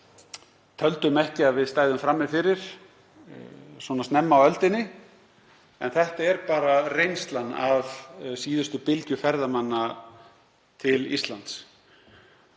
töldum ekki að við stæðum frammi fyrir svona snemma á öldinni. En þetta er bara reynslan af síðustu bylgju ferðamanna til Íslands.